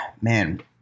man